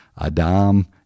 Adam